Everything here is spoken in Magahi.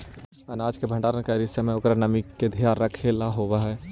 अनाज के भण्डारण करीत समय ओकर नमी के ध्यान रखेला होवऽ हई